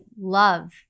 love